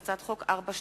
הצעת חוק מ/424.